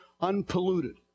unpolluted